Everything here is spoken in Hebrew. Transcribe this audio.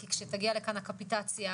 כי כשתגיע לכאן הקפיטציה,